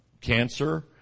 cancer